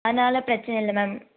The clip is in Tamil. அதனால பிரச்சின இல்லை மேம்